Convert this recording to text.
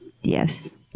Yes